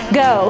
go